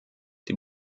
die